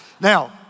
Now